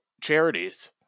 charities